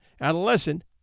adolescent